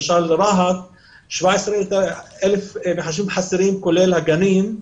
למשל ברהט חסרים 17,000 מחשבים חסרים כולל בגנים,